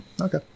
okay